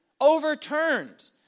overturned